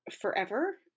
forever